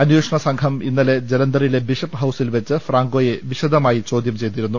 അന്വേ ഷണസ്ംഘം ഇന്നലെ ജലസ്റിലെ ബിഷപ്പ് ഹൌസിൽ വെച്ച് ഫ്രൈങ്കോയെ വിശദമായി ചോദ്യം ചെയ്തിരുന്നു